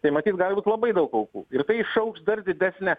tai matyt gali būt labai daug aukų ir išaugs dar didesne